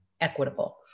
equitable